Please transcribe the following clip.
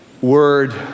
word